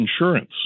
insurance